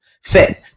fit